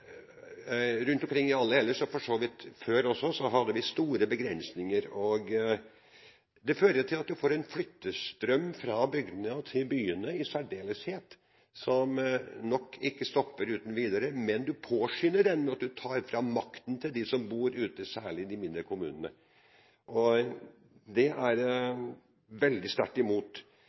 Rundt omkring i landet ellers har vi store begrensninger, og det fører til at man får en flyttestrøm fra bygdene til byene i særdeleshet, som nok ikke stopper uten videre, og man påskynder den ved at man tar makten fra dem som bor særlig i de mindre kommunene. Det er jeg veldig sterkt imot.